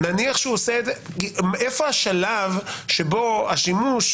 איפה השלב שבו השימוש